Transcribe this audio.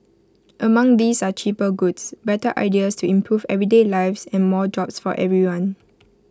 among these are cheaper goods better ideas to improve everyday lives and more jobs for everyone